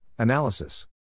Analysis